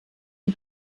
die